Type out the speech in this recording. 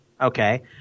Okay